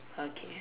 okay